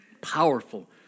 Powerful